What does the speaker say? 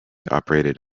operated